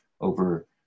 over